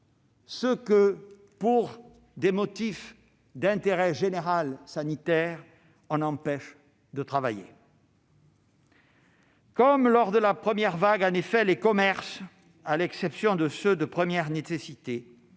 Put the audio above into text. ceux que, pour des motifs d'intérêt général sanitaire, l'on empêche de travailler. Comme lors de la première vague, les commerces, à l'exception de ceux de première nécessité,